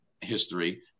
history